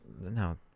No